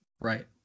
Right